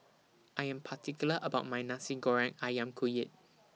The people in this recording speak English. I Am particular about My Nasi Goreng Ayam Kunyit